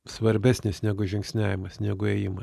svarbesnis negu žingsniavimas negu ėjima